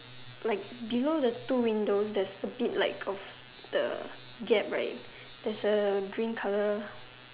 like below the two windows there's a bit like of the gap right there's a green colour